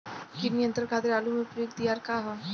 कीट नियंत्रण खातिर आलू में प्रयुक्त दियार का ह?